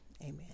amen